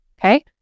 Okay